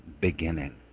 beginning